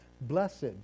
Blessed